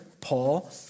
Paul